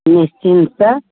निश्चिन्तसँ